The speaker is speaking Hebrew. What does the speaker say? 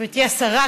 גברתי השרה,